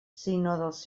seus